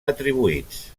atribuïts